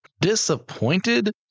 disappointed